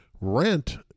rent